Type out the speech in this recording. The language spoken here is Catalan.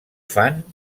fan